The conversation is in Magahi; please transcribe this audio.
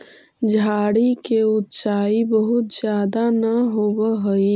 झाड़ि के ऊँचाई बहुत ज्यादा न होवऽ हई